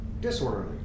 disorderly